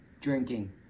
drinking